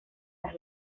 las